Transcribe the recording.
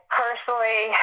personally